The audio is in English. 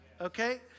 okay